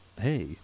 hey